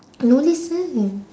no listen